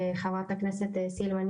חברת הכנסת סילמן,